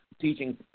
teaching